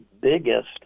biggest